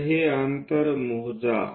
तर हे अंतर मोजा